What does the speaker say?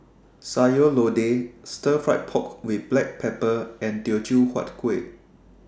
Sayur Lodeh Stir Fry Pork with Black Pepper and Teochew Huat Kueh